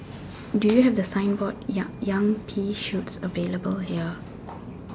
do you have the signboard ya young pea shoots available here